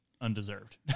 undeserved